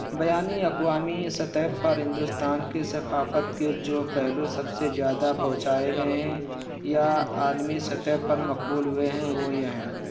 بین الاقوامی سطح پر ہندوستان کی ثقافت کے جو پہلو سب سے زیادہ پہنچائے گئے ہیں یا عالمی سطح پر مقبول ہوئے ہیں وہ یہ ہیں